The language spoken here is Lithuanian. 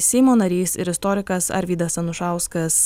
seimo narys ir istorikas arvydas anušauskas